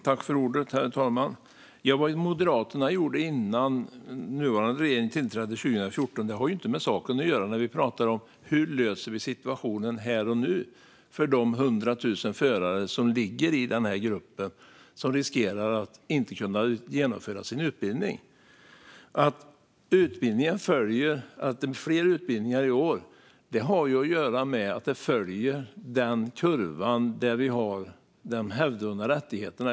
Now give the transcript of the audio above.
Herr talman! Vad Moderaterna gjorde innan den nuvarande regeringen tillträdde 2014 har inte med saken att göra. Vi pratar om hur vi ska lösa situationen här och nu för de 100 000 förarna i gruppen som riskerar att inte kunna genomföra sin utbildning. Att det är fler utbildningar i år har att göra med att det följer den kurva där vi har de hävdvunna rättigheterna.